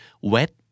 Wet